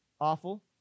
Awful